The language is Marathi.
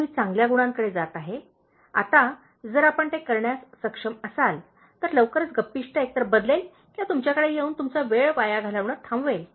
तर मी चांगल्या गुणांकडे जात आहे आता जर आपण ते करण्यास सक्षम असाल तर लवकरच गप्पिष्ट एकतर बदलेल किंवा तुमच्याकडे येऊन तुमचा वेळ वाया घालवणे थांबवेल